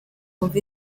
wumve